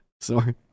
Sorry